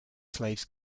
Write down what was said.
slaves